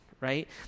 right